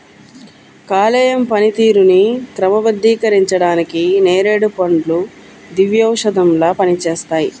కాలేయం పనితీరుని క్రమబద్ధీకరించడానికి నేరేడు పండ్లు దివ్యౌషధంలా పనిచేస్తాయి